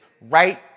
right